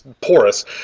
porous